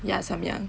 ya samyang